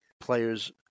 players